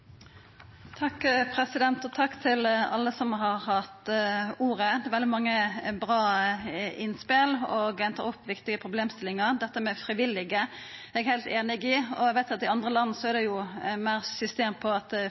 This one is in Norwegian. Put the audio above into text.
Takk til alle som har hatt ordet. Det har vore veldig mange bra innspel, og ein har tatt opp viktige problemstillingar. Dette med frivillige er eg heilt einig i, og eg veit at i andre land er det meir system på at